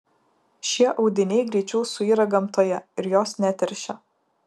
šie audiniai greičiau suyra gamtoje ir jos neteršia